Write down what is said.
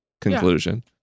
conclusion